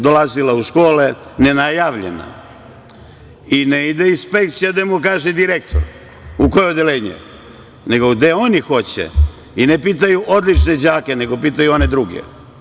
Dolazila je u škole, nenajavljena i ne ide inspekcija gde mu kaže direktor, u koje odeljenje, nego gde oni hoće i ne pitaju odlične đake, nego pitaju one druge.